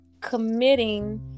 committing